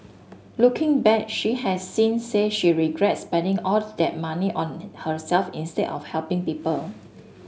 looking back she has since said she regrets spending all that money on herself instead of helping people